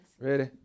Ready